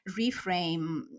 reframe